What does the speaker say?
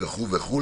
וכו' וכו'.